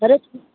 अरे